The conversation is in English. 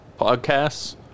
podcasts